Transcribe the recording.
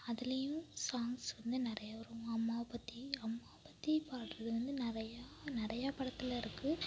அதுலேயும் சாங்ஸ் வந்து நிறையா வரும் அம்மாவை பற்றி அம்மாவை பற்றி பாடுறது வந்து நிறையா நிறையா படத்தில் இருக்கு